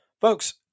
folks